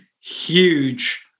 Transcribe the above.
huge